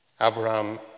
Abraham